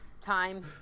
Time